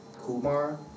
Kumar